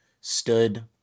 stood